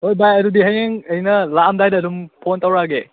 ꯍꯣꯏ ꯚꯥꯏ ꯑꯗꯨꯗꯤ ꯍꯌꯦꯡ ꯑꯩꯅ ꯂꯥꯛꯑꯝꯗꯥꯏꯗ ꯑꯗꯨꯝ ꯐꯣꯟ ꯇꯧꯔꯛꯑꯒꯦ